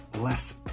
less